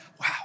wow